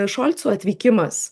šolco atvykimas